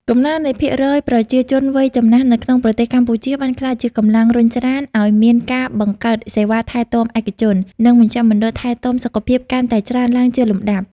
កំណើននៃភាគរយប្រជាជនវ័យចំណាស់នៅក្នុងប្រទេសកម្ពុជា បានក្លាយជាកម្លាំងរុញច្រានឱ្យមានការបង្កើតសេវាថែទាំឯកជន និងមជ្ឈមណ្ឌលថែទាំសុខភាពកាន់តែច្រើនឡើងជាលំដាប់។